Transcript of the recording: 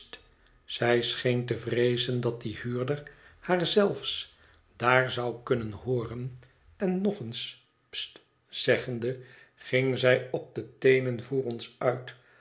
zij scheen te vreezen dat die huurder haar zelfs daar zou kunnen hooren en nog eens st zeggende ging zij op de teen en voor ons uit